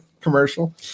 commercial